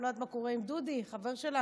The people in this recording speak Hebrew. אני לא יודעת מה קורה עם דודי, חבר שלנו,